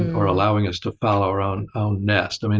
or allowing us to foul our own um nest. and